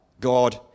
God